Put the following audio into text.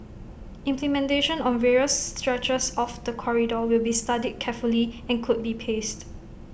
implementation on various stretches of the corridor will be studied carefully and could be paced